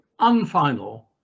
unfinal